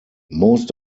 most